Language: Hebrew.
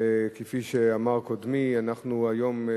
כפי שאמר קודמי, אנחנו היום,